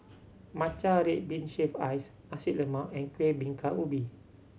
matcha red bean shaved ice Nasi Lemak and Kueh Bingka Ubi